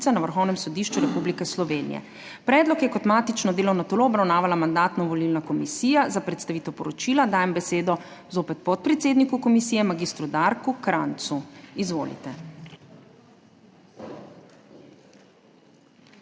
na Vrhovnem sodišču Republike Slovenije. Predlog je kot matično delovno telo obravnavala Mandatno-volilna komisija. Za predstavitev poročila spet dajem besedo podpredsedniku komisije mag. Darku Krajncu. Izvolite.